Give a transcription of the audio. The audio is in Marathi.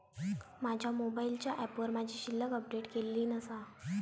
माझ्या मोबाईलच्या ऍपवर माझी शिल्लक अपडेट केलेली नसा